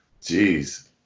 Jeez